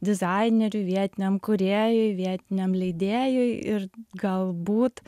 dizaineriui vietiniam kūrėjui vietiniam leidėjui ir galbūt